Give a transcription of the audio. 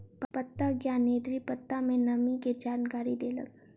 पत्ता ज्ञानेंद्री पत्ता में नमी के जानकारी देलक